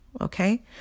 Okay